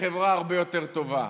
וחברה הרבה יותר טובה.